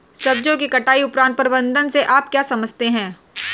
सब्जियों की कटाई उपरांत प्रबंधन से आप क्या समझते हैं?